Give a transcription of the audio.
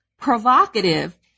provocative